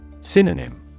Synonym